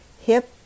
hip